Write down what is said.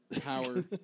power